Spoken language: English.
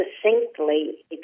succinctly